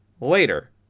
later